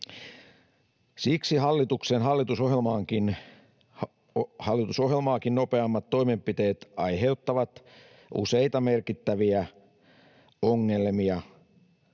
hallitusohjelmaakin nopeammat toimenpiteet aiheuttavat useita merkittäviä ongelmia